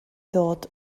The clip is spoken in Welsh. ddod